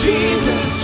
Jesus